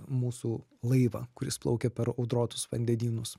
mūsų laivą kuris plaukia per audrotus vandenynus